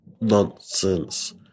nonsense